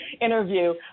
interview